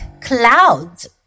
Clouds